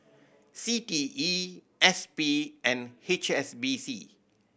C T E S P and H S B C